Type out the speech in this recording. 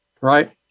right